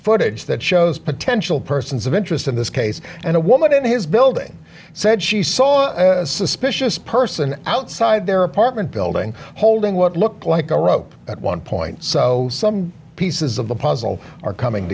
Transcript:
footage that shows potential persons of interest in this case and a woman in his building said she saw a suspicious person outside their apartment building holding what looked like a rope at one point so some pieces of the puzzle are coming